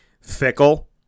fickle